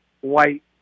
white